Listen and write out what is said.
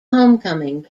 homecoming